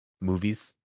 movies